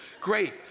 Great